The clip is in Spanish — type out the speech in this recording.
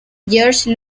george